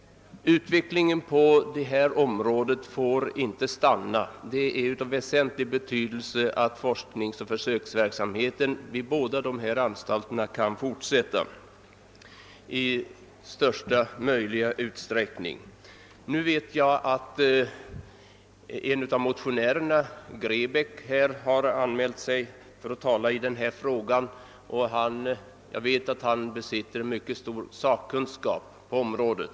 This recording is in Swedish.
Utvecklingen på det här området får inte stanna. Det är av väsentlig betydelse att forskningen och försöksverksamheten vid båda dessa anstalter kan fortsätta i största möjliga utsträckning. Jag vet att en av motionärerna, herr Grebäck, kommer att tala i denna fråga. Han besitter mycket stor sakkunskap på området.